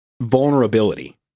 vulnerability